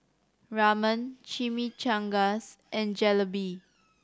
Ramen Chimichangas and Jalebi